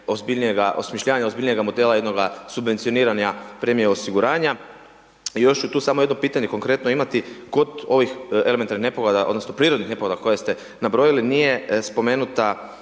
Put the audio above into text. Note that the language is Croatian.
osmišljavanja, ozbiljnijega modela jednoga subvencioniranja premije osiguranja. I još ću tu samo jedno pitanje, konkretno imati, kod ovih elementarnih nepogoda, odnosno, prirodnih nepogoda, koje ste nabrojali, nije spomenuta,